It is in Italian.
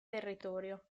territorio